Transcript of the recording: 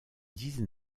dix